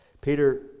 Peter